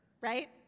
right